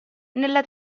nella